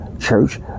church